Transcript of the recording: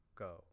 go